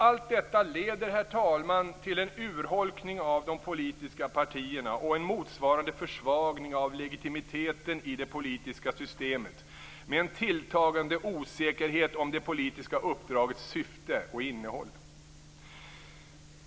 Allt detta leder, herr talman, till en urholkning av de politiska partierna och en motsvarande försvagning av legitimiteten i det politiska systemet med en tilltagande osäkerhet om det politiska uppdragets syfte och innehåll.